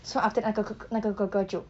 so after 那个哥哥那个哥哥就